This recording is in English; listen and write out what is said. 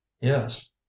yes